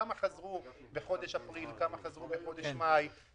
כמה חזרו בחודש אפריל; כמה חזרו בחודש מאי;